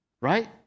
right